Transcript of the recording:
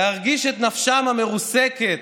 להרגיש את נפשם המרוסקת,